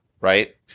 right